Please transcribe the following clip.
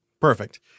Perfect